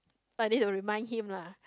but they will remind him lah